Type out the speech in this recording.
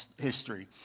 history